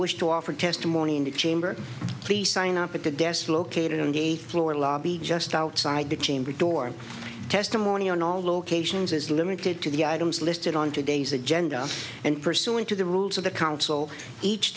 wish to offer testimony in the chamber please sign up at the desk located on the floor lobby just outside the chamber door testimony on all locations is limited to the items listed on today's agenda and pursuant to the rules of the council each